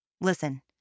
Listen